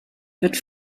wird